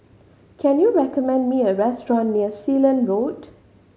can you recommend me a restaurant near Sealand Road